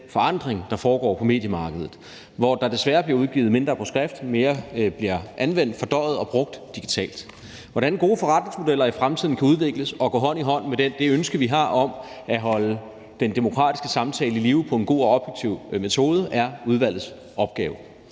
forandring, der foregår på mediemarkedet, hvor der desværre bliver udgivet mindre på skrift og mere bliver anvendt, fordøjet og brugt digitalt. Hvordan gode forretningsmodeller i fremtiden kan udvikles og gå hånd i hånd med det ønske, vi har om at holde den demokratiske samtale i live på en god og objektiv måde, er udvalgets opgave.